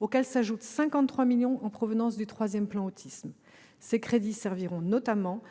auxquels s'ajoutent 53 millions d'euros en provenance du troisième plan Autisme. Ces crédits serviront notamment